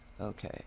Okay